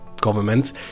governments